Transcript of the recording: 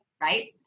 Right